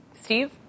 Steve